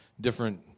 different